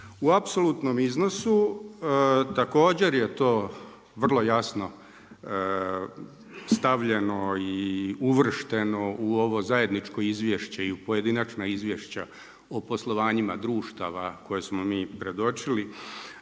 U apsolutnom iznosu također je to vrlo jasno stavljeno i uvršteno u ovo zajedničko izvješće i u pojedinačna izvješća o poslovanjima društava koje smo mi predočili.